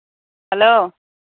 hello